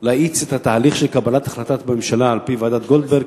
להאיץ את התהליך של קבלת החלטת הממשלה על-פי ועדת-גולדברג,